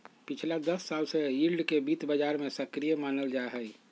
पिछला दस साल से यील्ड के वित्त बाजार में सक्रिय मानल जाहई